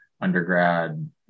undergrad